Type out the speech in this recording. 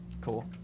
Cool